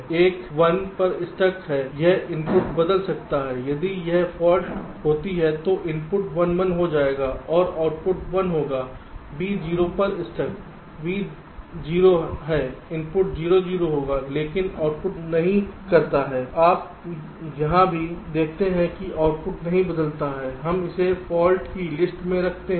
एक 1 पर स्टक है यह इनपुट बदल सकता है यदि यह फाल्ट होती है तो इनपुट 1 1 हो जाएगा और आउटपुट 1 होगा B 0 पर स्टक B 0 है इनपुट 0 0 होगा लेकिन आउटपुट नहीं करता है आप यहां भी देखते हैं कि आउटपुट नहीं बदलता है हम इसे फाल्ट की लिस्ट में रखते हैं